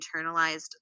internalized